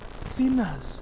sinners